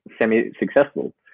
semi-successful